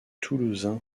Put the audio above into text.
toulousain